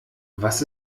was